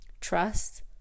trust